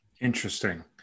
Interesting